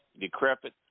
decrepit